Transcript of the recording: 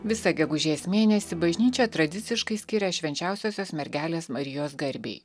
visą gegužės mėnesį bažnyčia tradiciškai skiria švenčiausiosios mergelės marijos garbei